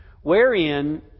wherein